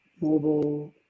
mobile